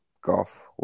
golf